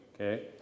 okay